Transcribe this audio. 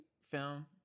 film